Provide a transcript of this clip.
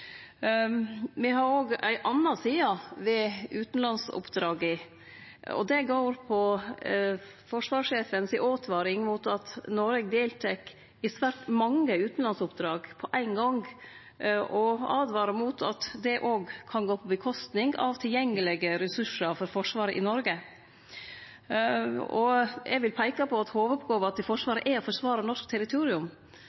Me har òg ei anna side ved utanlandsoppdraga. Det går på forsvarssjefens åtvaring mot at Noreg deltek i svært mange utanlandsoppdrag på ein gong. Han åtvarar mot at det kan gå ut over tilgjengelege ressursar for Forsvaret i Noreg. Eg vil peike på at hovudoppgåva til